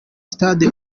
stade